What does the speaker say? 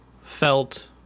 felt